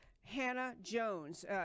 Hannah-Jones